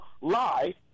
lie